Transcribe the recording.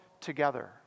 together